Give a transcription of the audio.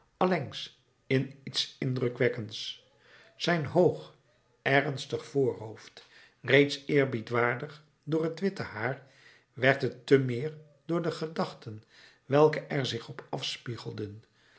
allengs in iets indrukwekkends zijn hoog ernstig voorhoofd reeds eerbiedwaardig door het witte haar werd het te meer door de gedachten welke er zich op afspiegelden